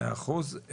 מאה אחוז.